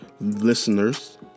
listeners